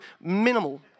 minimal